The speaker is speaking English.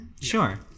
Sure